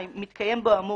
מתקיים בו האמור